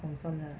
confirm 的